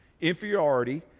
inferiority